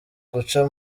guca